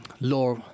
law